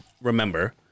remember